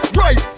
right